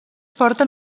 porten